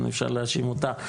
אפשר להאשים אותה.